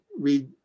read